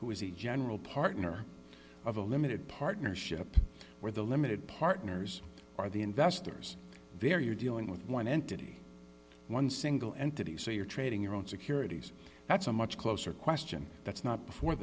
who is a general partner of a limited partnership where the limited partners are the investors there you're dealing with one entity one single entity so you're trading your own securities that's a much closer question that's not before